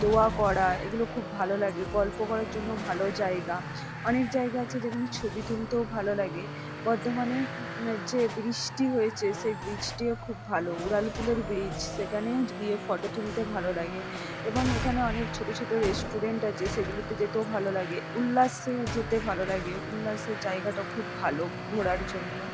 দোয়া করা এগুলো খুব ভালো লাগে গল্প করার জন্য ভালো জায়গা অনেক জায়গা আছে যেখানে ছবি তুলতেও ভালো লাগে বর্ধমানে যে বৃষ্টি হয়েছে সে বৃষ্টিও খুব ভালো উড়াল পুলের ব্রিজ সেখানেও গিয়ে ফটো তুলতে ভালো লাগে এবং এখানে অনেক ছোট ছোট রেস্টুরেন্ট আছে সেগুলিতে যেতেও ভালো লাগে উল্লাসে যেতে ভালো লাগে উল্লাস জায়গাটা খুব ভালো ঘোরার জন্য